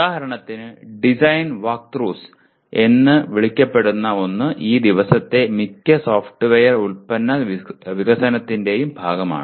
ഉദാഹരണത്തിന് design walkthroughs എന്ന് വിളിക്കപ്പെടുന്ന ഒന്ന് ഈ ദിവസത്തെ മിക്ക സോഫ്റ്റ്വെയർ ഉൽപ്പന്ന വികസനത്തിന്റെയും ഭാഗമാണ്